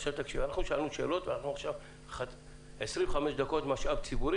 אנחנו שאלנו שאלות ואנחנו עכשיו 25 דקות משאב ציבורי,